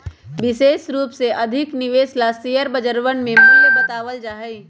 विशेष रूप से अधिक निवेश ला शेयर बजरवन में मूल्य बतावल जा हई